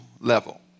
level